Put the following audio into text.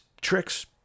tricks